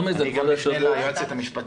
אפנה ליועצת המשפטית.